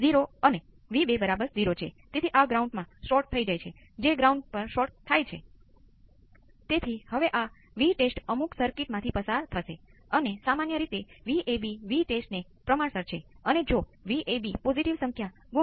ચાલો હવે મને આ વિકલન સમીકરણ પણ લખવા દો